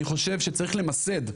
אני חושב שצריך למסד,